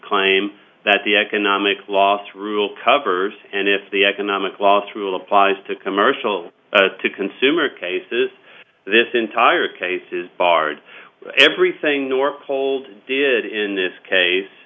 claim that the economic loss rule covers and if the economic loss rule applies to commercial consumer cases this entire case is barred everything or cold did in this case